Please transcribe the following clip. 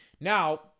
Now